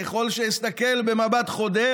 ככל שאסתכל במבט חודר,